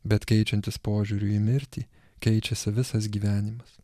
bet keičiantis požiūriui į mirtį keičiasi visas gyvenimas